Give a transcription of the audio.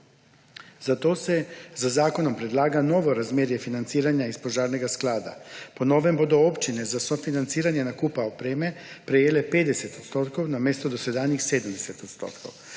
Zato se z zakonom predlaga novo razmerje financiranja iz Požarnega sklada. Po novem bodo občine za sofinanciranje nakupa opreme prejele 50 odstotkov namesto dosedanjih 70 odstotkov